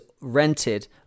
rented